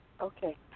Okay